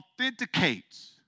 authenticates